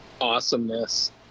awesomeness